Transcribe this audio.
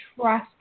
trust